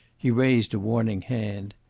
he raised a warning hand.